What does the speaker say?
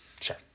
Sure